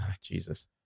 Jesus